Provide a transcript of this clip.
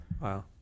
Wow